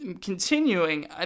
Continuing